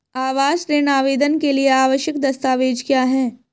आवास ऋण आवेदन के लिए आवश्यक दस्तावेज़ क्या हैं?